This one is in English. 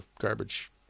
garbage